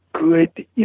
good